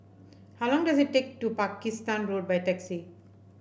how long does it take to Pakistan Road by taxi